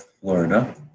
Florida